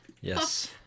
Yes